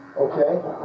Okay